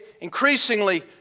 increasingly